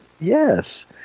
Yes